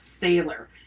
sailor